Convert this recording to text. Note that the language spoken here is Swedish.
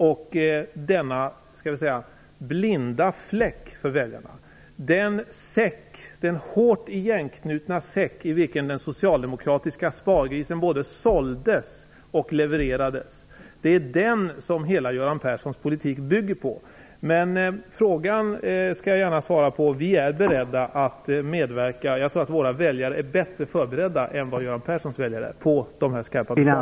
Göran Perssons hela politik bygger på denna blinda fläck för väljarna, den hårt igenknutna säck i vilken den socialdemokratiska spargrisen både såldes och levererades. Jag skall gärna svara på Göran Perssons fråga. Vi i kds är beredda att medverka. Jag tror våra väljare är bättre förberedda än vad Göran Perssons väljare är på dessa besparingar.